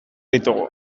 ditugu